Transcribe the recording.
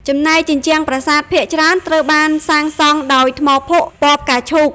ចំណែកជញ្ជាំងប្រាសាទភាគច្រើនត្រូវបានសាងសង់ដោយថ្មភក់ពណ៌ផ្កាឈូក។